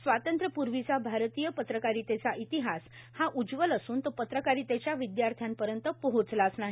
स्वातंत्र्यापूर्वींचा भारतीय पत्रकारितेचा इतिहास हा उज्ज्वल असूल तो पत्रकारितेच्या विद्यार्थ्यांपर्यंत पोहोचलाच नाही